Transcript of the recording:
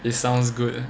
it sounds good